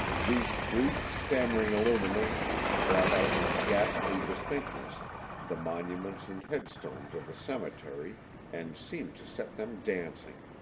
these brief, stammering illuminations brought out with ghastly distinctness the monuments and headstones of the cemetery and seemed to set them dancing.